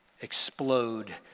explode